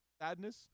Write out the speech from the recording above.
sadness